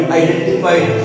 identified